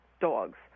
dogs